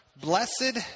blessed